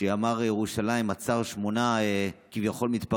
שימ"ר ירושלים עצרה לפנות בוקר שמונה מתפרעים כביכול,